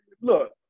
look